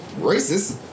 racist